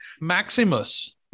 Maximus